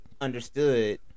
understood